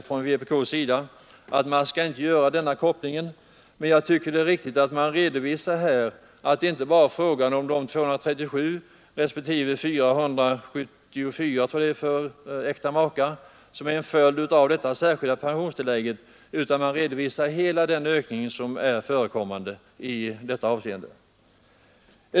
Från vpk invänder man kanske mot en sådan koppling, men jag tycker det är riktigt att redovisa inte bara de 237 kronor respektive 474 kronor i höjning för äkta makar som utgår till följd av detta särskilda pensionstillägg utan hela den höjning som det blir fråga om.